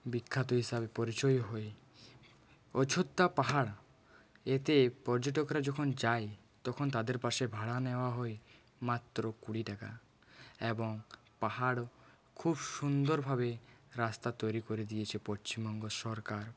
বিখ্যাত হিসেবে পরিচয় হয় অযোধ্যা পাহাড় এতে পর্যটকরা যখন যায় তখন তাদের বাসে ভাড়া নেওয়া হয় মাত্র কুড়ি টাকা এবং পাহাড় খুব সুন্দরভাবে রাস্তা তৈরি করে দিয়েছে পশ্চিমবঙ্গ সরকার